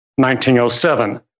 1907